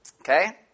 Okay